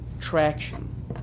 traction